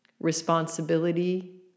responsibility